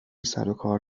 سروکار